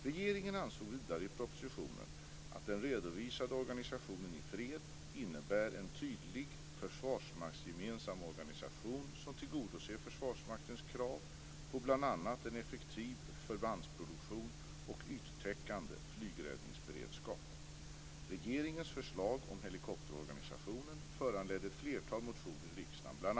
Regeringen ansåg vidare i propositionen att den redovisade organisationen i fred innebär en tydlig försvarsmaktsgemensam organisation som tillgodoser Försvarsmaktens krav på bl.a. en effektiv förbandsproduktion och yttäckande flygräddningsberedskap.